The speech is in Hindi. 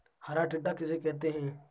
हरा टिड्डा किसे कहते हैं?